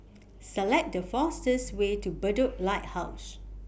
Select The fastest Way to Bedok Lighthouse